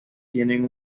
tienen